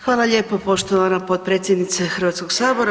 Hvala lijepo poštovana potpredsjednice Hrvatskog sabora.